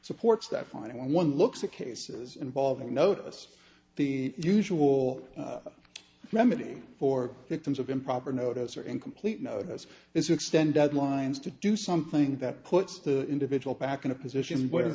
supports that fine when one looks at cases involving notice the usual remedy for victims of improper notice or incomplete notice is extended lines to do something that puts the individual back in a position where